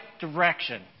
direction